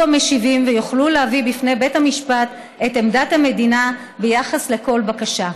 המשיבים ויוכלו להביא בפני בית המשפט את עמדת המדינה ביחס לכל בקשה.